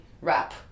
wrap